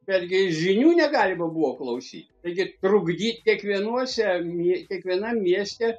bet gi žinių negalima buvo klausyt taigi trukdyt kiekvienuose e kiekvienam mieste